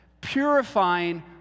Purifying